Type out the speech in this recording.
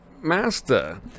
Master